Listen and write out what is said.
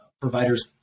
providers